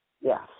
Yes